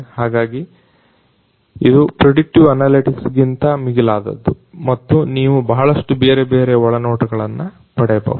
ಹಾಗಾಗಿ ಇದು ಪ್ರಿಡಿಕ್ಟಿವ್ ಅನಲೆಟಿಕ್ಸ್ಗಿಂತ ಮಿಗಿಲಾದದ್ದು ಮತ್ತು ನೀವು ಬಹಳಷ್ಟು ಬೇರೆ ಬೇರೆ ಒಳನೋಟಗಳನ್ನ ಪಡೆಯಬಹುದು